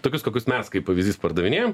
tokius kokius mes kaip pavyzdys pardavinėjam